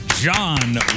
John